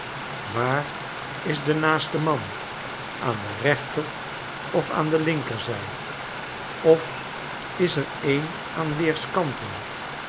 waar is de naaste man aan de rechter ofaande linkerzij of is er een aan weerskanten